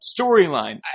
storyline